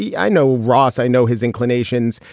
yeah i know ross, i know his inclinations.